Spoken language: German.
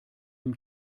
dem